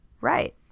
Right